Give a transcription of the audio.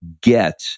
get